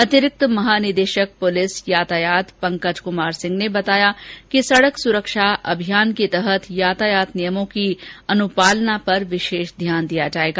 अतिरिक्त महानिदेषक प्रलिस यातायात पंकज कुमार सिंह ने बताया कि सडक सुरक्षा अभियान के तहत यातायात नियमों की अनुपालना पर विषेष ध्यान दिया जायेगा